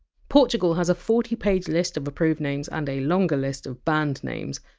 portugal has a forty-page list of approved names and a longer list of banned names.